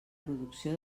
producció